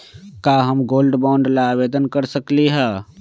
का हम gold bond ला आवेदन कर सकली ह?